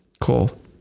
Cool